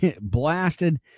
blasted